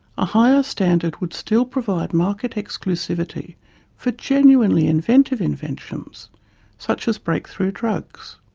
a higher standard would still provide market exclusivity for genuinely inventive inventions such as break-through drugs.